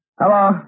Hello